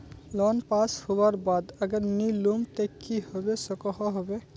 Loan pass होबार बाद अगर नी लुम ते की होबे सकोहो होबे?